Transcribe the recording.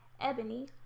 Ebony